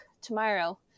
tomorrow